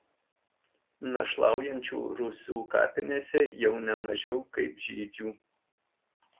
našlaujančių rusių kapinėse jau ne mažiau kaip žydžių